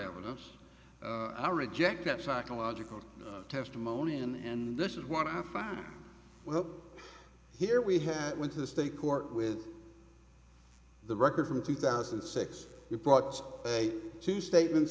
evidence i reject that psychological testimony and this is what i find well here we had went to the state court with the record from two thousand and six brought two statements